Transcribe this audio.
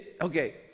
Okay